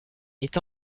est